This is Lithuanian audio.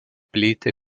plyti